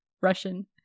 Russian